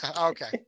Okay